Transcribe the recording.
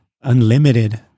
unlimited